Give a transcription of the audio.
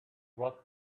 what